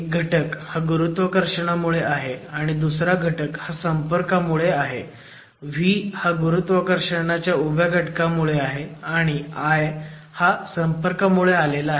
एक घटक हा गुरुत्वाकर्षणामुळे आहे आणि दुसरा घटक हा संपर्कामुळे आहे v हा गुरुत्वाकर्षणाच्या उभ्या घटकामुळे आहे आणि i हा संपर्कामुळे आलेला आहे